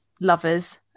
lovers